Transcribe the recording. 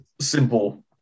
simple